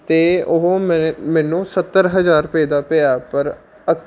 ਅਤੇ ਉਹ ਮੇ ਮੈਨੂੰ ਸੱਤਰ ਹਜ਼ਾਰ ਰੁਪਏ ਦਾ ਪਿਆ ਪਰ